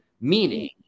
meaning